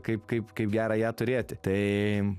kaip kaip kaip gera ją turėti tai